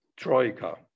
troika